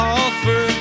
offer